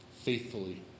faithfully